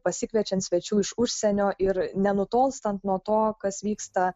pasikviečiant svečių iš užsienio ir nenutolstant nuo to kas vyksta